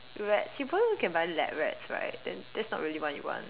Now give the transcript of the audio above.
rats you probably can buy lab rats right then that's not really what you want